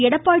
Edappadi